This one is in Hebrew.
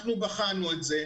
בחנו את זה,